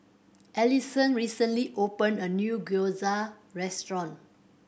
Allisson recently opened a new Gyoza Restaurant